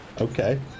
okay